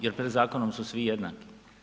Jer pred zakonom su svi jednaki.